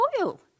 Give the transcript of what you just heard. oil